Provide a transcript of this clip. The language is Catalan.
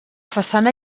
façana